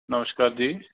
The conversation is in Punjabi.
ਨਮਸ਼ਕਾਰ ਜੀ